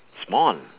small